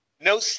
No